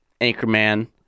Anchorman